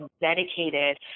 dedicated